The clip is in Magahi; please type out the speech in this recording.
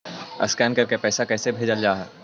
स्कैन करके पैसा कैसे भेजल जा हइ?